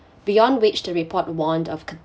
beyond which the report warned of